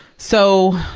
so,